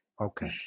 okay